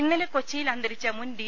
ഇന്നലെ കൊച്ചിയിൽ അന്തരിച്ച മുൻ ഡി